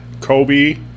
Kobe